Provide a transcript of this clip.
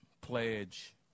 pledge